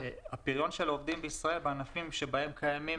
הפריון של העובדים בישראל בענפים שבהם קיימים